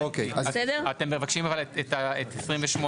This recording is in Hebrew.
אתם מבקשים להשאיר את 28?